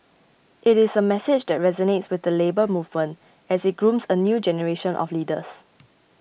it is a message that resonates with the Labour Movement as it grooms a new generation of leaders